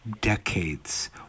decades